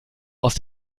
aus